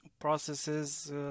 processes